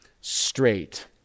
straight